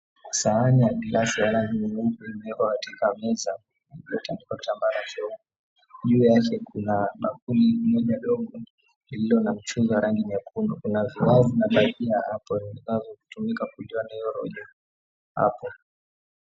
Sahani ya glasi ya rangi nyeupe imewekwa katika meza iliyotandikwa kitambara cheupe. Juu yake kuna bakuli moja dogo lililo na mchuzi wa rangi nyekundu. Kuna viwavu na bajia hapo vinavyotumika kukulia na hio rojo hapo.